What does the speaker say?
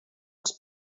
els